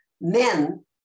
men